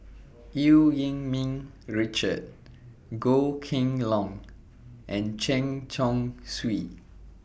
EU Yee Ming Richard Goh Kheng Long and Chen Chong Swee